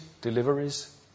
deliveries